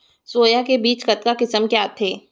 Soya के बीज कतका किसम के आथे?